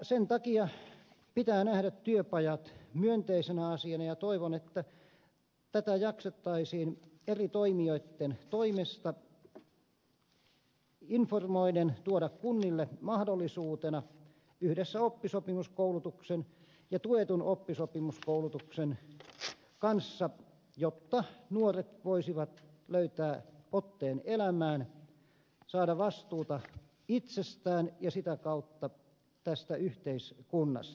sen takia pitää nähdä työpajat myönteisenä asiana ja toivon että tätä jaksettaisiin eri toimijoitten toimesta informoiden tuoda esiin kunnille mahdollisuutena yhdessä oppisopimuskoulutuksen ja tuetun oppisopimuskoulutuksen kanssa jotta nuoret voisivat löytää otteen elämään saada vastuuta itsestään ja sitä kautta tästä yhteiskunnasta